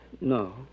No